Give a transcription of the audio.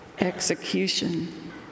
execution